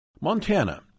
Montana